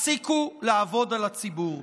הפסיקו לעבוד על הציבור.